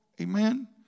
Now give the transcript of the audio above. Amen